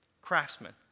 craftsmen